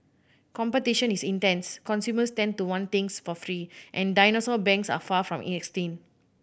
competition is intense consumers tend to want things for free and dinosaur banks are far from extinct